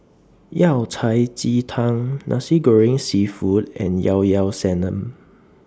Yao Cai Ji Tang Nasi Goreng Seafood and Llao Llao Sanum